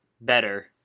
better